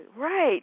Right